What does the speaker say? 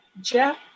Jeff